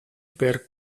per